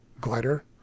glider